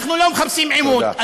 אנחנו לא מחפשים עימות, תודה.